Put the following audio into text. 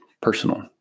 personal